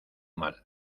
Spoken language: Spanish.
mal